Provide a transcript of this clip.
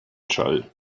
schall